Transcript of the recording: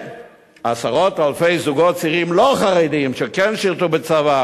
ועשרות אלפי זוגות צעירים לא חרדים שכן שירתו בצבא,